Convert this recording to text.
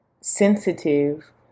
sensitive